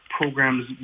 programs